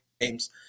games